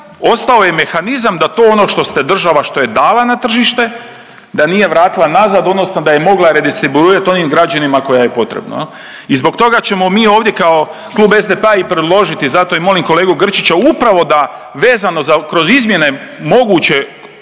ostao je mehanizam da to ono što ste država što je dala na tržište da nije vratila nazad odnosno da je mogla redistribuirati onim građanima kojima je potrebno. I zbog toga ćemo mi ovdje kao Klub SDP-a i predložili zato i molim kolegu Grčića upravo da vezano za kroz izmjene mogućeg